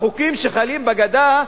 החוקים שחלים בגדה,